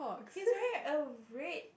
he's wearing a red